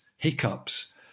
Hiccups